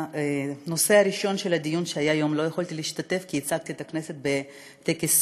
בנושא הראשון שהיה היום לא יכולתי להשתתף כי ייצגתי את הכנסת בטקס